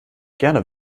gerne